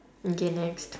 okay next